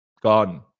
gone